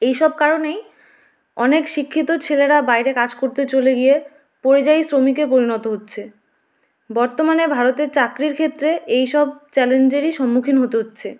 এইসব কারণেই অনেক শিক্ষিত ছেলেরা বাইরে কাজ করতে চলে গিয়ে পরিযায়ী শ্রমিকে পরিণত হচ্ছে বর্তমানে ভারতে চাকরির ক্ষেত্রে এইসব চ্যালেঞ্জেরই সম্মুখীন হতে হচ্ছে